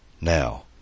now